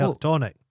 Tonic